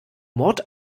mord